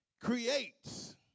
creates